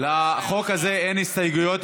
לחוק הזה אין הסתייגויות.